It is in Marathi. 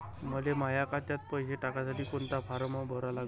मले माह्या खात्यात पैसे टाकासाठी कोंता फारम भरा लागन?